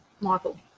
michael